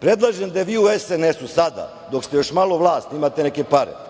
predlažem da vi u SNS-u sada, dok ste još malo vlast, imate neke pare,